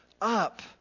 up